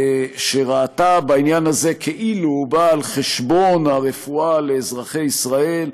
שראתה בעניין הזה כאילו הוא בא על חשבון הרפואה לאזרחי ישראל,